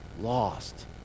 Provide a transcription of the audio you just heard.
lost